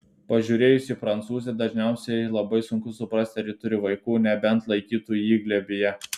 pažiūrėjus į prancūzę dažniausiai labai sunku suprasti ar ji turi vaikų nebent laikytų jį glėbyje